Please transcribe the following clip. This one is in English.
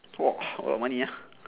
!wah! a lot of money ah